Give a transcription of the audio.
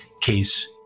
Case